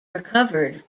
recovered